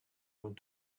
going